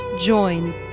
join